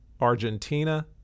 Argentina